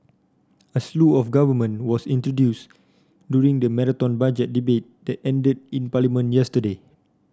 a slew of government was introduced during the Marathon Budget Debate that ended in Parliament yesterday